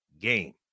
game